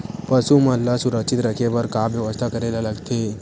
पशु मन ल सुरक्षित रखे बर का बेवस्था करेला लगथे?